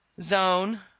zone